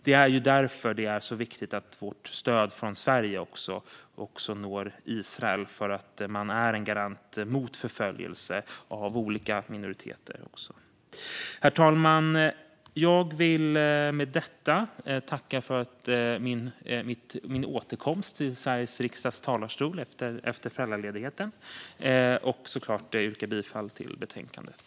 Det är därför det är så viktigt att vårt stöd från Sverige också når Israel. Det är en garant mot förföljelse också av olika minoriteter. Herr talman! Jag vill med detta tacka för min återkomst till Sveriges riksdags talarstol efter föräldraledigheten. Jag yrkar såklart bifall till utskottets förslag i betänkandet.